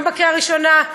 גם בהכנה לקריאה ראשונה,